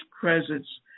presence